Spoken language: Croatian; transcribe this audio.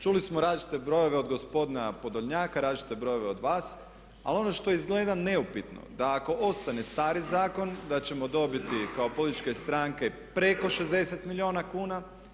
Čuli smo različite brojeve od gospodina Podolnjaka, različite brojeve od vas ali ono što izgleda neupitno da ako ostane stari zakon da ćemo dobiti kao političke stranke preko 60 milijuna kuna.